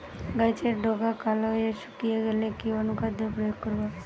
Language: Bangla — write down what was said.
গাছের ডগা কালো হয়ে শুকিয়ে গেলে কি অনুখাদ্য প্রয়োগ করব?